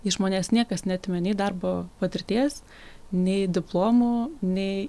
iš manęs niekas neatėmė nei darbo patirties nei diplomo nei